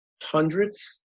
hundreds